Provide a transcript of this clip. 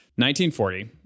1940